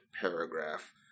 paragraph